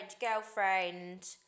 girlfriend